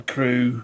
Crew